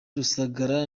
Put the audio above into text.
rusagara